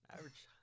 Average